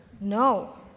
No